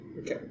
Okay